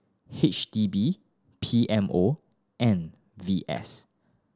H D B P M O and V S